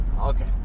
Okay